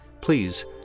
Please